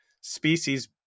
species